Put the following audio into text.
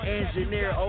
engineer